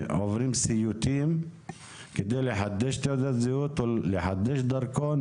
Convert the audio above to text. עוברים סיוטים כדי לחדש תעודת זהות או לחדש דרכון.